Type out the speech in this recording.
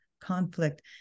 conflict